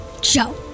Joe